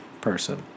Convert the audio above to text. person